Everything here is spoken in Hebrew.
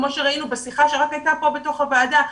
כמו שראינו בשיחה שרק הייתה פה בתוך הוועדה,